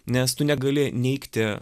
nes tu negali neigti